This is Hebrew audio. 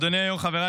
אדוני היושב-ראש,